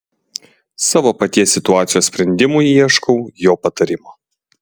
savo paties situacijos sprendimui ieškau jo patarimo